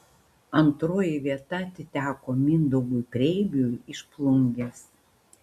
antroji vieta atiteko mindaugui preibiui iš plungės